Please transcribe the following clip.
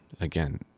again